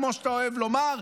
כמו שאתה אוהב לומר,